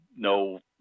no